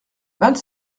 vingt